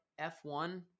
F1